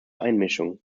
einmischung